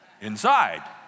inside